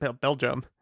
belgium